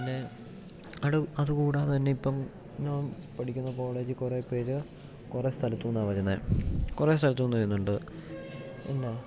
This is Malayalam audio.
പിന്നെ അടു അതുകൂടാത തന്നെ ഇപ്പം ഞാൻ പഠിക്കുന്ന കോളേജ് കുറെ പേര് കുറെ സ്ഥലത്ത് നിന്ന് വരുന്നതാണ് കുറെ സ്ഥലത്ത് നിന്ന് വരുന്നുണ്ട് പിന്നെ